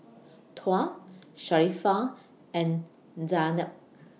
Tuah Sharifah and Zaynab